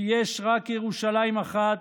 ויש רק ירושלים אחת,